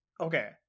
okay